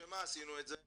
לשם מה עשינו את זה?